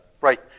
Right